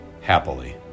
happily